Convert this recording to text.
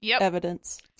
evidence